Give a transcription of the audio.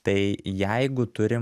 tai jeigu turim